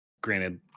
granted